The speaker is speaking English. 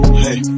hey